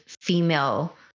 female